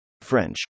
French